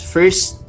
First